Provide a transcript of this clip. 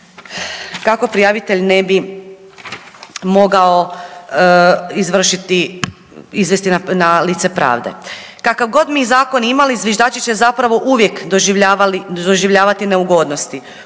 kako prijavitelj ne bi mogao izvršiti, izvesti na lice pravde. Kakav god mi zakon imali zviždači će zapravo uvijek doživljavati neugodnosti,